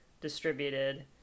distributed